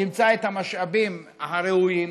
ימצא את המשאבים הראויים,